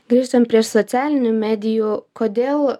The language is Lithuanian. grįžtant prie socialinių medijų kodėl